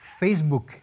Facebook